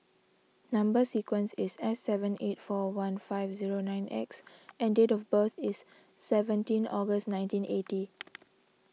Number Sequence is S seven eight four one five zero nine X and date of birth is seventeen August nineteen eighty